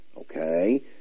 okay